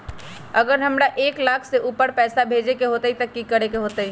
अगर हमरा एक लाख से ऊपर पैसा भेजे के होतई त की करेके होतय?